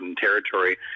territory